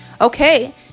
Okay